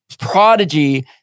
Prodigy